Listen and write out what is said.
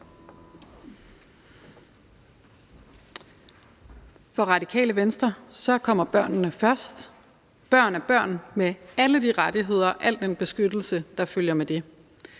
For Radikale Venstre kommer børnene først. Børn er børn med alle de rettigheder og al den beskyttelse, der følger med det.